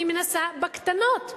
אני מנסה בקטנות.